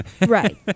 Right